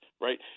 right